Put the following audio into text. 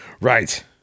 right